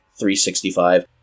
365